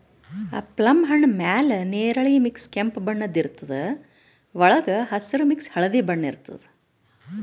plum ಹಣ್ಣ್ ಮ್ಯಾಲ್ ನೆರಳಿ ಮಿಕ್ಸ್ ಕೆಂಪ್ ಬಣ್ಣದ್ ಇರ್ತದ್ ವಳ್ಗ್ ಹಸ್ರ್ ಮಿಕ್ಸ್ ಹಳ್ದಿ ಬಣ್ಣ ಇರ್ತದ್